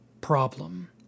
problem